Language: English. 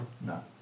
No